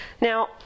Now